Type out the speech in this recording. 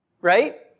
Right